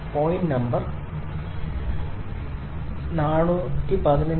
point number 415